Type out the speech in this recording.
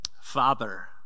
Father